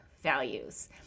values